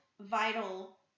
vital